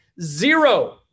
zero